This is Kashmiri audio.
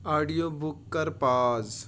آڈِیو بُک کَر پاز